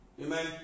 Amen